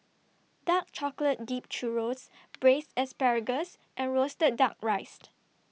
Dark Chocolate Dipped Churro Braised Asparagus and Roasted Duck Rice